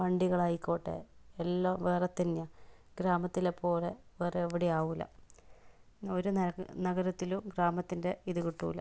വണ്ടികളായിക്കോട്ടെ എല്ലാം വേറെ തന്നെയാണ് ഗ്രാമത്തിലെ പോലെ വേറെ എവിടെയും ആവില്ല ഒരു നഗ നഗരത്തിലും ഗ്രാമത്തിന്റെ ഇത് കിട്ടില്ല